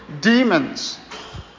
demons